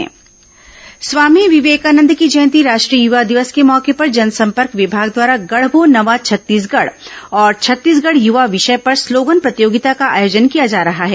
slogan प्रतियोगिता स्वामी विवेकानंद की जयंती राष्ट्रीय युवा दिवस के मौके पर जनसंपर्क विभाग द्वारा गढ़बो नवा छत्तीसगढ़ और छत्तीसगढ़ यूवा विषय पर ैस्लोगन प्रतियोगिता का आयोजन किया जा रहा है